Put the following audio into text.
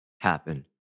happen